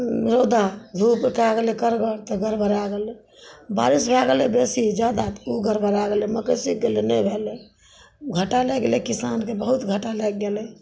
रौदा रौद भऽ गेलै कड़गर तऽ गड़बड़ा गेलै बारिश भऽ गेलै बेसी जादा तऽ ओ गड़बड़ा गेलै मकइ सूखि गेलै नहि भेलै घाटा लागि गेलै किसानके बहुत घाटा लागि गेलै